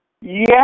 Yes